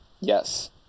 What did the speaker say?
Yes